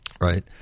right